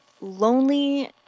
lonely